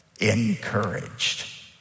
Encouraged